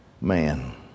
man